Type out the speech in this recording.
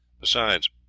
besides,